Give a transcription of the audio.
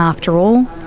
after all,